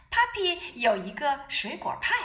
Puppy有一个水果派